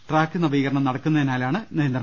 track നവീകരണം നടക്കുന്നതിനാലാണ് ഇത്